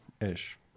Ish